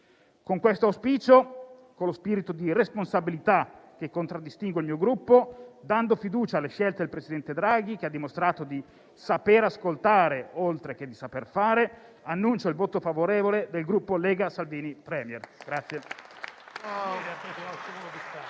Con questo auspicio, con lo spirito di responsabilità che contraddistingue il mio Gruppo, dando fiducia alle scelte del presidente Draghi, che ha dimostrato di saper ascoltare, oltre che di saper fare, annuncio il voto favorevole del Gruppo Lega-Salvini Premier.